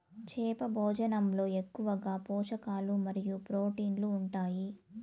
చేప భోజనంలో ఎక్కువగా పోషకాలు మరియు ప్రోటీన్లు ఉంటాయి